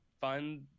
find